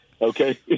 Okay